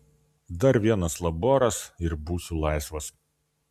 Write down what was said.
dar vienas laboras ir būsiu laisvas